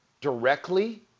directly